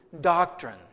doctrine